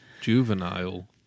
juvenile